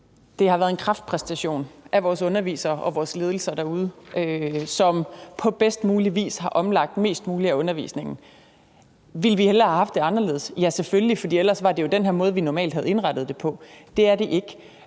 Det har været en kraftpræstation af vores undervisere og vores ledelser derude, som på bedst mulig vis har omlagt mest muligt af undervisningen. Ville vi hellere have haft det anderledes? Ja, selvfølgelig, for ellers var det jo den her måde, vi normalt havde indrettet det på; det er det ikke.